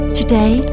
Today